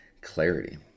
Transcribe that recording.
clarity